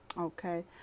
Okay